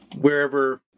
wherever